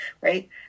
Right